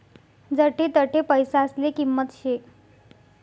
जठे तठे पैसासले किंमत शे